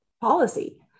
policy